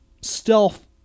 stealth